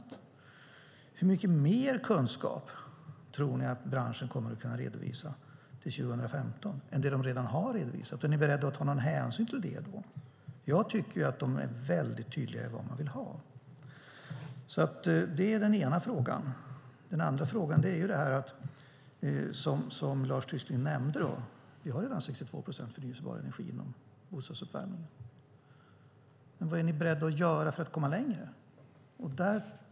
Hur mycket mer kunskap tror ni att branschen kommer att kunna redovisa till 2015 än det man redan har redovisat? Är ni beredda att ta någon hänsyn till det då? Jag tycker att man är väldigt tydlig med vad man vill ha. Det är den ena frågan. Den andra frågan gäller det som Lars Tysklind nämnde. Vi har redan 62 procent förnybar energi när det gäller bostadsuppvärmning. Vad är ni beredda att göra för att komma längre?